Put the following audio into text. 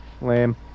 Lame